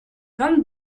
vingt